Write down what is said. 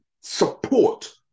support